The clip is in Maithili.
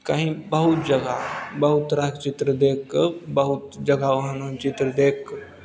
कहीं बहुत जगह बहुत तरहके चित्र देखि कऽ बहुत जगह ओहन ओहन चित्र देख